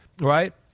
right